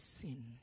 sin